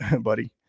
buddy